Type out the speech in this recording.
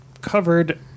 covered